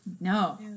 No